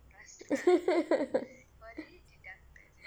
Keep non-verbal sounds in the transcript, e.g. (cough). (laughs)